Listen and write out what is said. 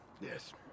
Yes